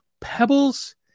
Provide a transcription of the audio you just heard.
pebbles